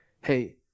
hey